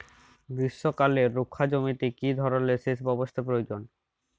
গ্রীষ্মকালে রুখা জমিতে কি ধরনের সেচ ব্যবস্থা প্রয়োজন?